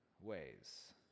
ways